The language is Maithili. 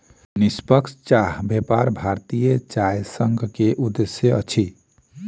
निष्पक्ष चाह व्यापार भारतीय चाय संघ के उद्देश्य अछि